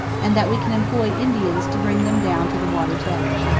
and that we can employ indians to bring them down to the water's edge.